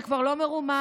זה כבר לא מרומז,